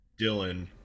Dylan